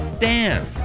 Dan